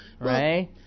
right